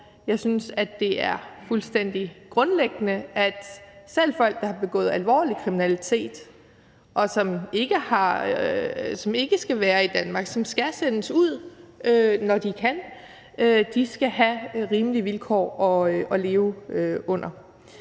Jeg synes, det er fuldstændig grundlæggende, at selv folk, der har begået alvorlig kriminalitet, og som ikke skal være i Danmark, men som skal sendes ud, når de kan, skal have rimelige vilkår at leve under.